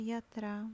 Yatra